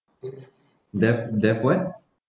they've they've what